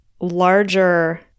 larger